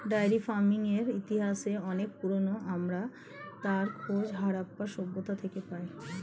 dairy ফার্মিংয়ের ইতিহাস অনেক পুরোনো, আমরা তার খোঁজ হারাপ্পা সভ্যতা থেকে পাই